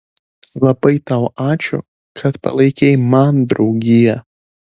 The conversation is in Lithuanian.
labai tau ačiū kad palaikei man draugiją